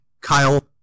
Kyle